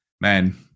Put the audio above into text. man